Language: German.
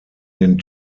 den